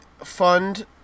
fund